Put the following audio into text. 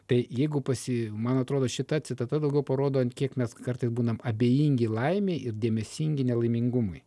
tai jeigu pasi man atrodo šita citata daugiau parodo ant kiek mes kartais būnam abejingi laimei ir dėmesingi nelaimingumui